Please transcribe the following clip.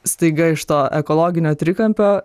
staiga iš to ekologinio trikampio